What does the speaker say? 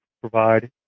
provide